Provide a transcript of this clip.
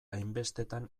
hainbestetan